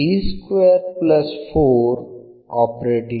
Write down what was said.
जसे की